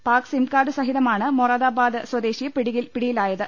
Pak sim card സഹിതമാണ് മൊറാദാബാദ് സ്വദേശി പിടിയി ലായത്